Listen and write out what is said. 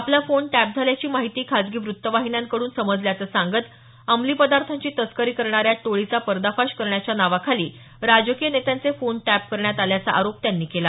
आपला phone tap झाल्याची माहिती खाजगी वृत्त वाहिन्यांकडूनच समजल्याचं सांगत अंमली पदार्थांची तस्करी करणाऱ्या टोळीचा पर्दाफाश करण्याच्या नावाखाली राजकीय नेत्यांचे फोन टॅप करण्यात आल्याचा आरोप त्यांनी केला